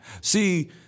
See